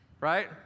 Right